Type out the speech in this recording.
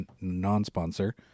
non-sponsor